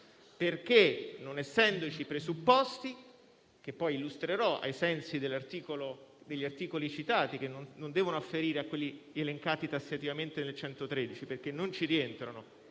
merito. Non vi sono i presupposti, che poi illustrerò, ai sensi degli articoli citati, che non devono afferire a quelli elencati tassativamente all'articolo 113, perché non vi rientrano,